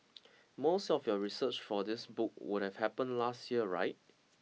most of your research for this book would have happened last year right